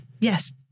Yes